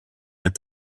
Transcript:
est